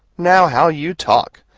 now how you talk!